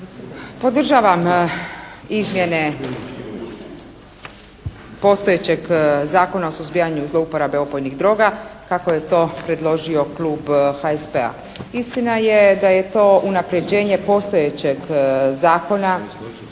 Podržavam izmjene postojećeg Zakona o suzbijanju zlouporabe opojnih droga kako je to predložio klub HSP-a. Istina je da je to unapređenje postojećeg zakona.